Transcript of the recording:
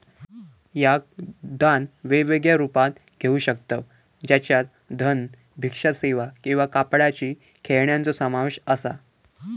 याक दान वेगवेगळ्या रुपात घेऊ शकतव ज्याच्यात धन, भिक्षा सेवा किंवा कापडाची खेळण्यांचो समावेश असा